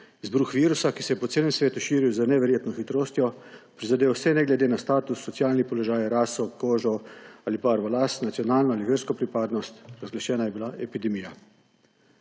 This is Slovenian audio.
izbruh virusa, ki je po celem svetu širil z neverjetno hitrostjo, prizadel vse, ne glede na status, socialni položaj, raso, kožo ali barvo last, nacionalno ali versko pripadnost. Razglašena je bila epidemija.